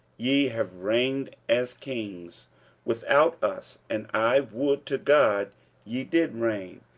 ye have reigned as kings without us and i would to god ye did reign,